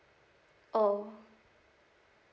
oh